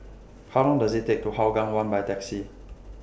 How Long Does IT Take to get to Hougang one By Taxi